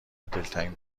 دلتنگ